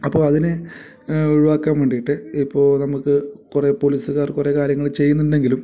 അപ്പോൾ അതിന് ഒഴിവാക്കാൻ വേണ്ടിയിട്ട് ഇപ്പോൾ നമുക്ക് കുറേ പോലീസുകാർ കുറേ കാര്യങ്ങൾ ചെയ്യുന്നുണ്ടെങ്കിലും